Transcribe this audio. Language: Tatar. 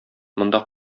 монда